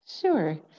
Sure